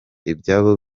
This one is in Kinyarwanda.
ibyabo